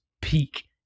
peak